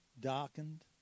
darkened